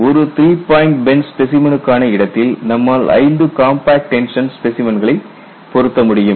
ஒரு three point bend ஸ்பெசைமனுக்கான இடத்தில் நம்மால் ஐந்து கம்பாக்ட் டென்ஷன் ஸ்பெசைமன்களை பொருத்த முடியும்